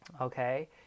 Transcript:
okay